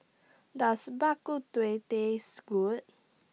Does Bak Kut Teh Taste Good